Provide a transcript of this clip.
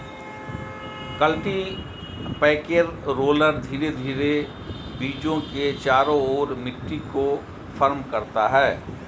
cultipacker roller धीरे धीरे बीजों के चारों ओर मिट्टी को फर्म करता है